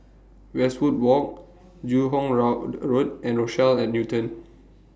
Westwood Walk Joo Hong Road and Rochelle At Newton